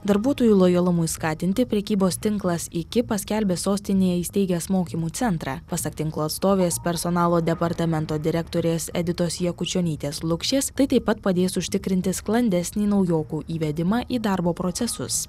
darbuotojų lojalumui skatinti prekybos tinklas iki paskelbė sostinėje įsteigęs mokymų centrą pasak tinklo atstovės personalo departamento direktorės editos jakučionytės lukšės taip pat padės užtikrinti sklandesnį naujokų įvedimą į darbo procesus